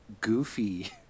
goofy